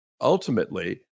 ultimately